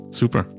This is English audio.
super